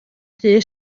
rhy